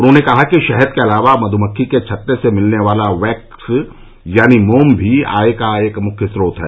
उन्होंने कहा कि शहद के अलावा मध्यमक्खी के छत्ते से मिलने वाला वैक्स यानि मोम भी आय का एक मुख्य स्रोत है